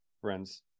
Friends